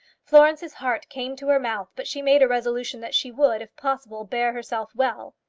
florence's heart came to her mouth, but she made a resolution that she would, if possible, bear herself well.